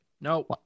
No